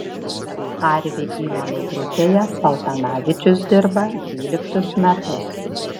arvi įmonių grupėje paltanavičius dirba dvyliktus metus